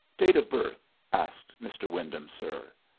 date of birth? asks mr. wyndham, sir.